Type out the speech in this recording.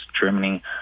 Germany